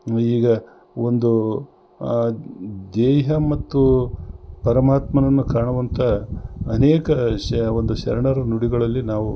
ಈಗ ಒಂದು ದೇಹ ಮತ್ತು ಪರಮಾತ್ಮನನ್ನು ಕಾಣುವಂಥ ಅನೇಕ ಶ ಒಂದು ಶರಣರು ನುಡಿಗಳಲ್ಲಿ ನಾವು